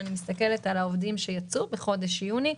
כשאני מסתכלת על העובדים שיצאו בחודש יוני,